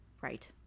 right